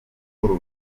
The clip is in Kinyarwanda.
urugo